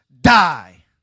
die